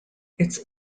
its